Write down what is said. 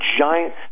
giant